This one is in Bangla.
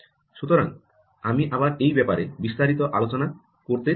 সুতরাং আমি আবার এই ব্যাপারে বিস্তারিত আলোচনা করতে চায় না